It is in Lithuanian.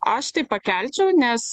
aš tai pakelčiau nes